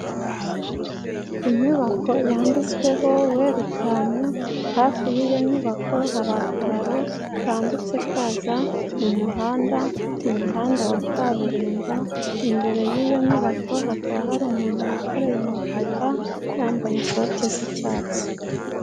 Inyubako yanditsweho Werikamu, hafi y'iyo nyubako hari akararo kambutse kaza mu muhanda, mu muhanda wa kaburimbo, imbere y'iyo nyubako hakaba hari umuntu wikoreye umufuka, yambaye bote z'icyatsi.